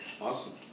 Awesome